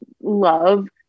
love